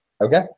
Okay